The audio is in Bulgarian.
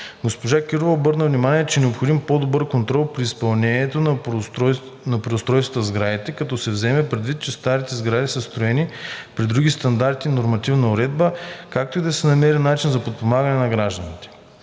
Госпожа Кирова обърна внимание, че е необходим по-добър контрол при извършването на преустройствата в сградите, като се вземе предвид, че старите сгради са строени при други стандарти и нормативна уредба, както и да се намери начин за подпомагане на гражданите.